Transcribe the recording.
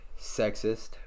sexist